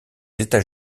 états